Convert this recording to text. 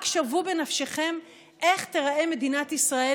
רק שוו בנפשכם איך תיראה מדינת ישראל